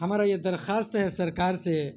ہمارا یہ درخواست ہے سرکار سے